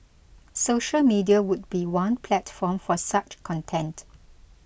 social media would be one platform for such content